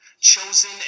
chosen